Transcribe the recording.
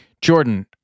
Jordan